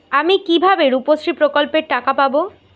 আমি কিভাবে রুপশ্রী প্রকল্পের টাকা পাবো?